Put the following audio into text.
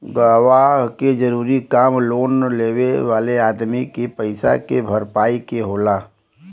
गवाह के जरूरी काम लोन लेवे वाले अदमी के पईसा के भरपाई के होला